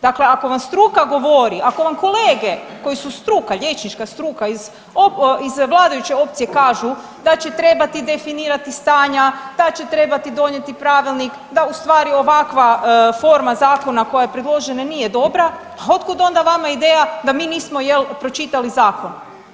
Dakle, ako vam struka govori, ako vam kolete koji su struka, liječnička struka iz vladajuće opcije kažu da će trebati definirati stanja, da će trebati donijeti pravilnik, da u stvari ovakva forma zakona koja je predložena nije dobra pa od kuda onda vama ideja da mi nismo pročitali zakon.